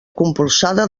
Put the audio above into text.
compulsada